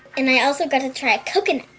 and i also got to try a coconut.